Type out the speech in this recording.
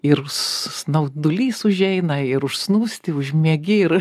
ir snaudulys užeina ir užsnūsti užmiegi ir